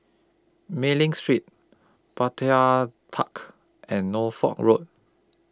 Mei Ling Street Petir Tark and Norfolk Road